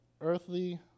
earthly